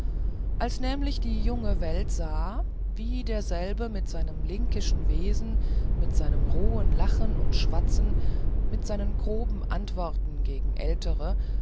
als nämlich die junge welt sah wie derselbe mit seinem linkischen wesen mit seinem rohen lachen und schwatzen mit seinen groben antworten gegen ältere